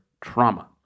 trauma